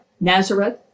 Nazareth